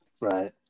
Right